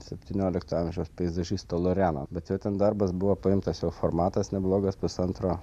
septyniolikto amžiaus peizažisto loriano bet jo ten darbas buvo paimtas jo formatas neblogas pusantro